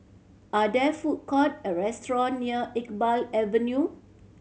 are there food courts or restaurants near Iqbal Avenue